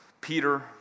Peter